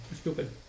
Stupid